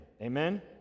Amen